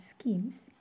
schemes